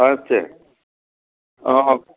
अच्छा